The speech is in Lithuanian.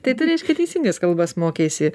tai tu reiškia teisingas kalbas mokeisi